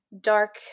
dark